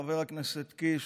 חבר הכנסת קיש,